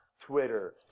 Twitter